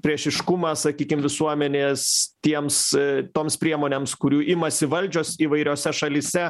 priešiškumą sakykim visuomenės tiems toms priemonėms kurių imasi valdžios įvairiose šalyse